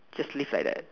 just live like that